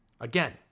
Again